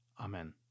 Amen